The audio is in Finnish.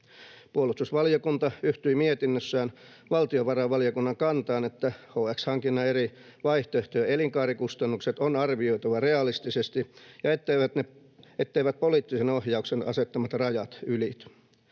Puolustusvaliokunta yhtyi mietinnössään valtiovarainvaliokunnan kantaan, että HX-hankinnan eri vaihtoehtojen elinkaarikustannukset on arvioitava realistisesti, etteivät poliittisen ohjauksen asettamat rajat ylity.